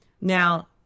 Now